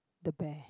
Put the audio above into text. the bear